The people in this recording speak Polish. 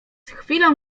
chwilą